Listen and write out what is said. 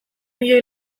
milioi